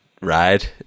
ride